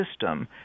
system